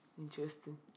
Interesting